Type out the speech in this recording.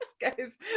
Guys